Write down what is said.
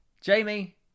Jamie